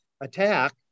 attack